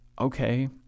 okay